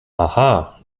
aha